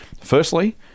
firstly